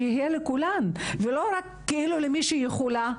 אבל שזה יהיה לכולן לא רק למי שיכולה.